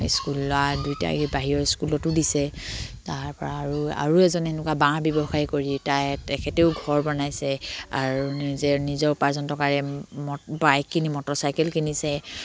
school ল'ৰা দুইটাই বাহিৰৰ স্কুলতো দিছে তাৰপৰা আৰু আৰু এজন এনেকুৱা বাঁহ ব্যৱসায় কৰি তাই তেখেতেও ঘৰ বনাইছে আৰু নিজে নিজৰ উপাৰ্জন টকাৰে মট বাইক কিনি মটৰচাইকেল কিনিছে